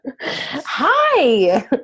Hi